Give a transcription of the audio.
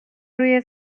روی